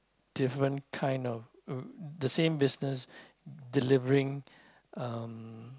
different kind of the same business delivering